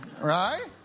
Right